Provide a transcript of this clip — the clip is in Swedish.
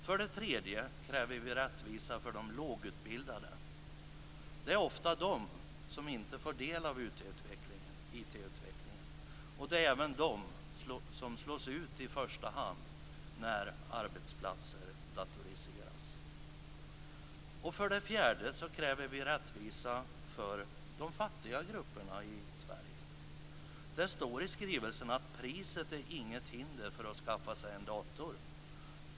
För det tredje kräver vi rättvisa för de lågutbildade. Det är ofta de som inte får del av IT-utvecklingen och även de som i första hand slås ut när arbetsplatser datoriseras. För det fjärde kräver vi rättvisa för de fattiga grupperna i Sverige. Det står i skrivelsen att priset inte är något hinder för att skaffa sig en dator.